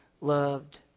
loved